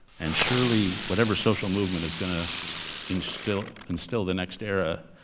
and surely, whatever social movement is gonna instill instill the next era,